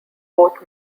both